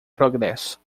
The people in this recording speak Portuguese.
progresso